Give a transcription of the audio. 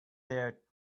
their